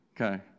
Okay